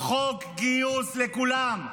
חוק גיוס לכולם.